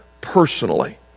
personally